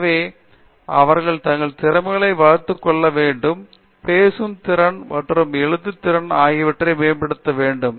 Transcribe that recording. எனவே அவர்கள் தங்கள் திறமைகளை வளர்த்துக் கொள்ள வேண்டும் பேசும் திறன் மற்றும் எழுதும் திறன் ஆகியவை மேம்படுத்த வேண்டும்